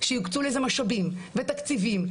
שיוקצו לזה משאבים ותקציבים,